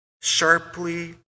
sharply